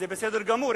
זה בסדר גמור,